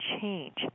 change